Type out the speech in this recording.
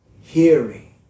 hearing